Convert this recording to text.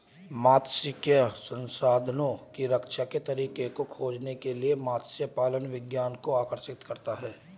मात्स्यिकी संसाधनों की रक्षा के तरीकों को खोजने के लिए मत्स्य पालन विज्ञान को आकर्षित करता है